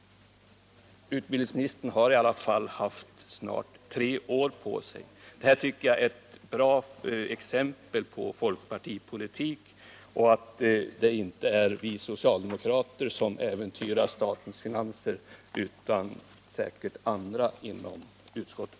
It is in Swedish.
Utbildningsministern har dock haft snart tre år på sig. Detta tycker jag är ett bra exempel på folkpartipolitik och på att det inte är vi socialdemokrater utan andra inom utskottet som äventyrar statens finanser.